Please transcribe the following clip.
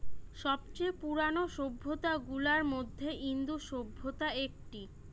সব চেয়ে পুরানো সভ্যতা গুলার মধ্যে ইন্দু সভ্যতা একটি